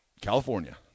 California